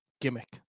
gimmick